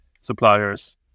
suppliers